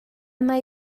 mae